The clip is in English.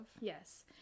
yes